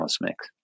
mix